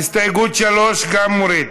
הסתייגות 3, גם מוריד.